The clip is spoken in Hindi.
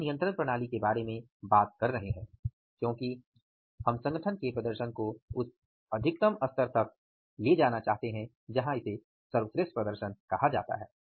हम नियंत्रण प्रणाली के बारे में बात कर रहे हैं क्योकि हम संगठन के प्रदर्शन को उस अधिकतम स्तर तक ले जाना चाहते हैं जहां इसे सर्वश्रेष्ठ प्रदर्शन कहा जाता है